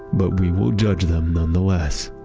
but we will judge them none the less.